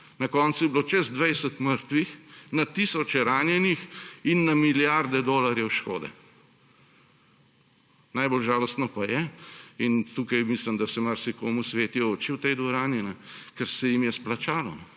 Na koncu je bilo čez 20 mrtvih, na tisoče ranjenih in na milijarde dolarjev škode. Najbolj žalostno pa je in tukaj mislim, da se marsikomu svetijo oči v tej dvorani, ker se jim je splačalo.